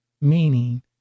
meaning